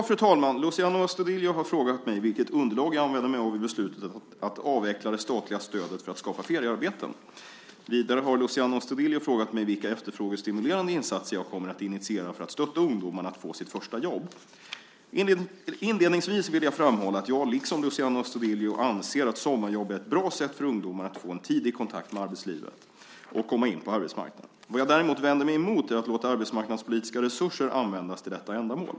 Fru talman! Luciano Astudillo har frågat mig vilket underlag jag använder mig av i beslutet att avveckla det statliga stödet för att skapa feriearbeten. Vidare har Luciano Astudillo frågat mig vilka efterfrågestimulerande insatser jag kommer att initiera för att stötta ungdomarna att få sitt första jobb. Inledningsvis vill jag framhålla att jag liksom Luciano Astudillo anser att sommarjobb är ett bra sätt för ungdomar att få en tidig kontakt med arbetslivet och komma in på arbetsmarknaden. Vad jag däremot vänder mig emot är att låta arbetsmarknadspolitiska resurser användas till detta ändamål.